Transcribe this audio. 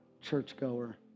churchgoer